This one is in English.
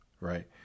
right